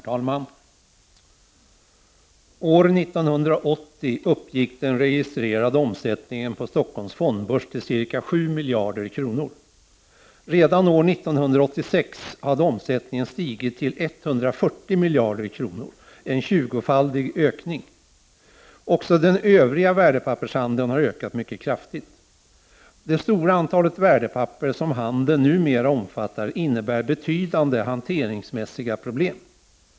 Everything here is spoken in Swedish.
Herr talman! År 1980 uppgick den registrerade omsättningen på Stock 1 holms fondbörs till ca 7 miljarder kronor. Redan år 1986 hade omsättningen stigit till 140 miljarder kronor — en tjugofaldig ökning. Också den övriga värdepappershandeln har ökat mycket kraftigt. Det stora antal värdepapper som handeln numera omfattar innebär betydande hanteringsmässiga problem.